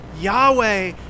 Yahweh